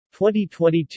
2022